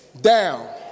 down